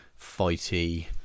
fighty